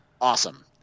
awesome